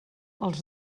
els